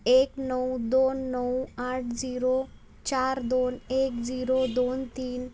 एक नऊ दोन नऊ आठ झिरो चार दोन एक झिरो दोन तीन